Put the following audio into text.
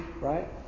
right